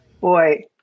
Boy